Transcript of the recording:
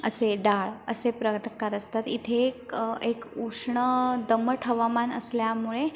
असे डाळ असे प्रतकार असतात इथे क एक उष्ण दमट हवामान असल्यामुळे